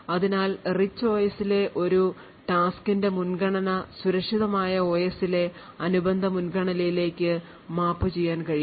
അതിനാൽ റിച്ച് ഒഎസിലെ ഒരു ടാസ്ക്കിന്റെ മുൻഗണന സുരക്ഷിതമായ ഒഎസിലെ അനുബന്ധ മുൻഗണനയിലേക്ക് മാപ്പുചെയ്യാൻ കഴിയും